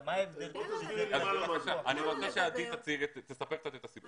אני מבקש שעדי תספר את הסיפור שלה.